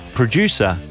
producer